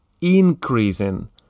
increasing